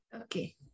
Okay